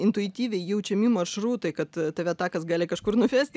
intuityviai jaučiami maršrutai kad tave takas gali kažkur nuvesti